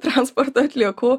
transportą atliekų